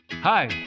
Hi